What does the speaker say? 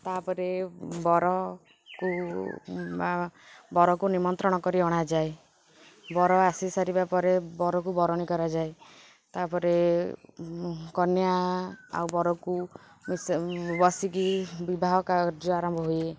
ତା'ପରେ ବରକୁ ବରକୁ ନିମନ୍ତ୍ରଣ କରି ଅଣାଯାଏ ବର ଆସିସାରିବା ପରେ ବରକୁ ବରଣୀ କରାଯାଏ ତା'ପରେ କନ୍ୟା ଆଉ ବରକୁ ବସିକି ବିବାହ କାର୍ଯ୍ୟ ଆରମ୍ଭ ହୁଏ